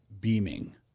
beaming